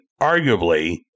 arguably